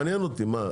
מעניין אותי, מה?